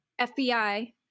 FBI